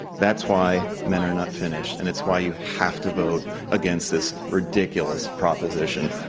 that's why men are not finished. and it's why you have to vote against this ridiculous proposition.